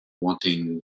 wanting